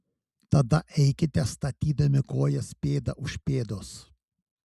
tada eikite statydami kojas pėda už pėdos